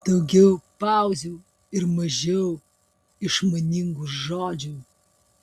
daugiau pauzių ir mažiau išmaningų žodžių